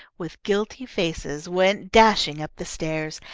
with guilty faces went dashing up the stairs,